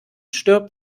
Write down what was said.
stirbt